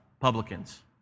publicans